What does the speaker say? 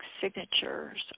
signatures